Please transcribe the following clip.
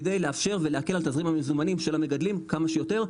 כדי לאפשר ולהקל על תזרים המזומנים של המגדלים כמה שיותר,